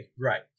right